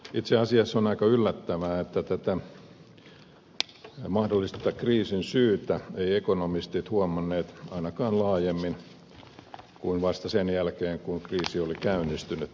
itse asiassa on aika yllättävää että tätä mahdollista kriisin syytä eivät ekonomistit huomanneet ainakaan laajemmin kuin vasta sen jälkeen kun kriisi oli käynnistynyt